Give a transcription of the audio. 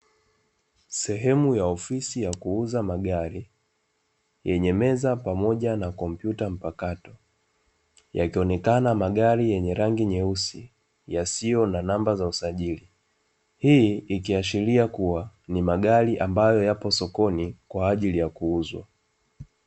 Sehemu ya ofisi ya kuuza magari, yenye meza pamoja na kompyuta mpakato. Yakionekana magari yenye rangi nyeusi, yasiyo na namba za usajili. Hii ikiashiria kuwa, ni magari ambayo yapo sokoni, kwa ajili ya kuuzwa.